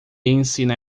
ensina